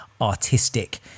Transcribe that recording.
artistic